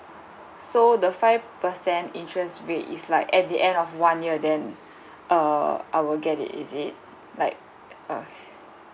so the five percent interest rate is like at the end of one year then uh I will get it is it like a